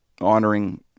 honoring